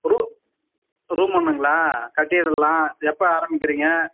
ரூ ரூம் ஒன்றுங்களா கட்டிவிடலாம் எப்போ ஆரம்பிக்கிறிங்க